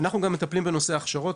אנחנו גם מטפלים בנושא ההכשרות.